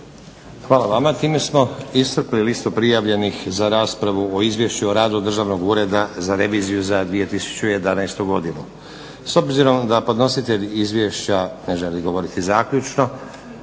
Hvala vama. Time smo iscrpili listu prijavljenih za raspravu o Izvješću o radu Državnog ureda za reviziju za 2011. godinu. S obzirom da podnositelj izvješća ne želi govoriti zaključno,